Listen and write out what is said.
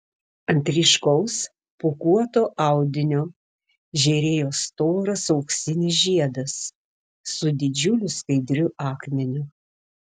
ant ryškaus pūkuoto audinio žėrėjo storas auksinis žiedas su didžiuliu skaidriu akmeniu